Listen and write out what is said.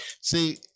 See